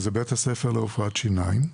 בית הספר לרפואת שיניים,